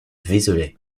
vézelay